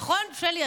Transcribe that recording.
נכון, שלי?